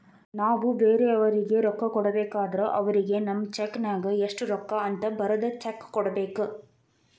ನಾವು ಬ್ಯಾರೆಯವರಿಗೆ ರೊಕ್ಕ ಕೊಡಬೇಕಾದ್ರ ಅವರಿಗೆ ನಮ್ಮ ಚೆಕ್ ನ್ಯಾಗ ಎಷ್ಟು ರೂಕ್ಕ ಅಂತ ಬರದ್ ಚೆಕ ಕೊಡಬೇಕ